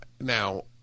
Now